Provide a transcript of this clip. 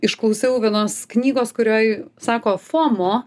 išklausiau vienos knygos kurioj sako fomo